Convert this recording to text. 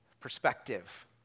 perspective